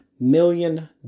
million